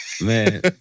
Man